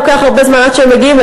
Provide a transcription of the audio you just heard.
לוקח הרבה זמן עד שהם מגיעים.